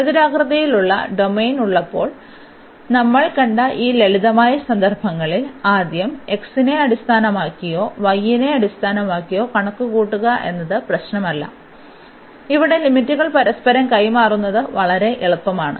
ചതുരാകൃതിയിലുള്ള ഡൊമെയ്ൻ ഉള്ളപ്പോൾ നമ്മൾ കണ്ട ഈ ലളിതമായ സന്ദർഭങ്ങളിൽ ആദ്യം x നെ അടിസ്ഥാനമാക്കിയോ y നെ അടിസ്ഥാനമാക്കിയോ കണക്കുകൂട്ടുക എന്നത് പ്രശ്നമല്ല ഇവിടെ ലിമിറ്റുകൾ പരസ്പരം കൈമാറുന്നത് വളരെ എളുപ്പമാണ്